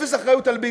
אפס אחריות על ביבי,